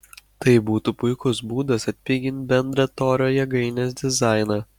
tai būtų puikus būdas atpigint bendrą torio jėgainės dizainą